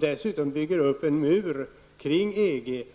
Dessutom bygger den upp en mur kring EG.